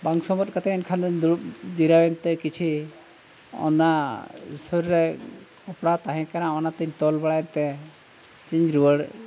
ᱵᱟᱝ ᱥᱚᱢᱚᱫ ᱠᱟᱛᱮᱫ ᱮᱱᱠᱷᱟᱱ ᱫᱚᱧ ᱫᱩᱲᱩᱵ ᱡᱤᱨᱟᱹᱣ ᱮᱱᱛᱮ ᱠᱤᱪᱷᱩ ᱚᱱᱟ ᱥᱩᱨ ᱨᱮ ᱠᱚᱯᱲᱟᱣ ᱛᱟᱦᱮᱸ ᱠᱟᱱᱟ ᱚᱱᱟᱛᱤᱧ ᱛᱚᱞ ᱵᱟᱲᱟᱭᱮᱱ ᱛᱮ ᱤᱧ ᱨᱩᱣᱟᱹᱲ